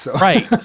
Right